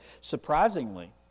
surprisingly